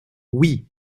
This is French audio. oui